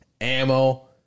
ammo